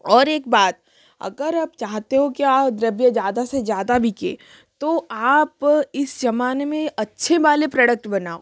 और एक बात अगर आप चाहते हो क्या द्रव्य ज़्यादा से ज़्यादा बिके तो आप इस ज़माने में अच्छे वाले प्रडक्ट बनाओ